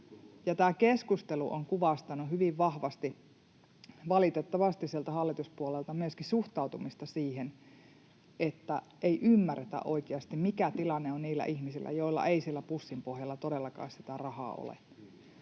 Tämä keskustelu on kuvastanut hyvin vahvasti, valitettavasti, hallituspuoleiden suhtautumista ja sitä, että ei ymmärretä oikeasti, mikä tilanne on niillä ihmisillä, joilla ei siellä pussin pohjalla todellakaan sitä rahaa ole